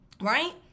right